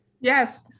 Yes